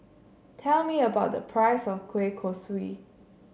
tell me a price of Kueh Kosui